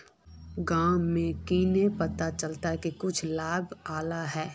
गाँव में केना पता चलता की कुछ लाभ आल है?